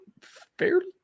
fairly